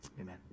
amen